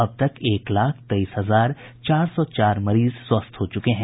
अब तक एक लाख तेईस हजार चार सौ चार मरीज स्वस्थ हो चुके हैं